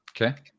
Okay